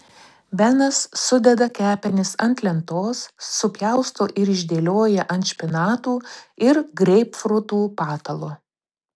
benas sudeda kepenis ant lentos supjausto ir išdėlioja ant špinatų ir greipfrutų patalo